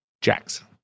Jackson